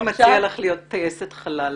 מזרחי מציע לך להיות טייסת חלל.